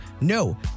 no